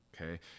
Okay